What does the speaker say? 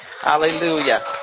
Hallelujah